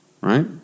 right